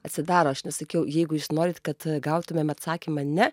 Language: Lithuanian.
atsidaro aš nesakiau jeigu jūs norite kad gautumėm atsakymą ne